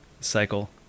Cycle